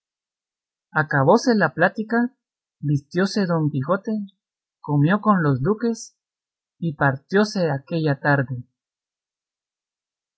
acabóse la plática vistióse don quijote comió con los duques y partióse aquella tarde